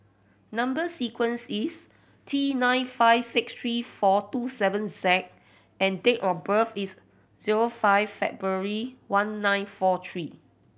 number sequence is T nine five six three four two seven Z and date of birth is zero five February one nine four three